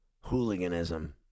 hooliganism